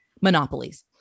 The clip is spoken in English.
monopolies